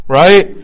right